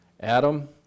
adam